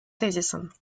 тезисом